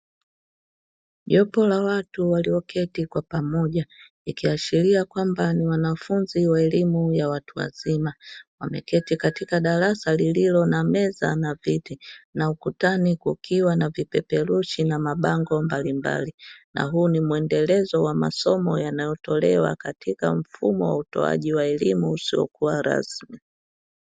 Jopo la watu walio keti kwa pamoja ikiashiria kwamba ni wanafunzi wa elimu ya watu wazima, wameketi katika darasa lililo na meza na viti na ukutani kukiwa na vipeperushi na mabango mbali mbali, na huu ni mwendelezo wa masomo yanayo tolewa katika mfumo wa utoaji wa elimu usiokuwa rasmi.